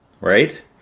Right